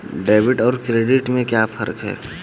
Debit और credit में क्या फर्क है?